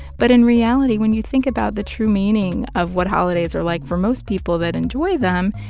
but in reality, when you think about the true meaning of what holidays are like for most people that enjoy them,